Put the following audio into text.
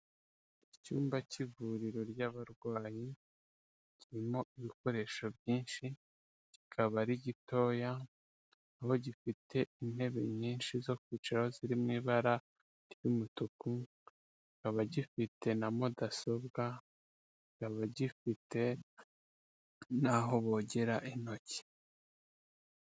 Icyumba cy'ivuriro ry'abarwayi kirimo ibikoresho byinshi, kikaba ari gitoya, aho gifite intebe nyinshi zo kwicaraho zirimo ibara ry'umutuku, kikaba gifite na mudasobwa, kikaba gifite naho bogera intoki.